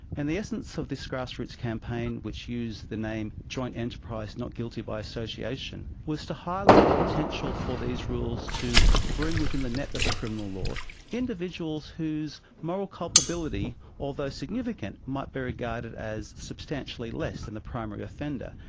and the essence of this grassroots campaign, which used the name joint enterprise not guilty by association, was to highlight the potential for these rules to bring within the net of the criminal law individuals whose moral culpability, although significant, might be regarded as substantially less than the primary offender.